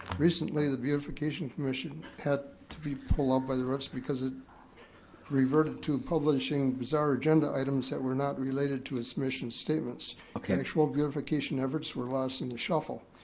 recently, the beautification commission had to be pulled up by the roots because it reverted to publishing bizarre agenda items that were not related to its mission statements. okay. while beautification efforts were lost in the shuffle.